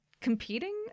competing